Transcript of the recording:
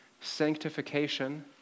sanctification